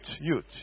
youth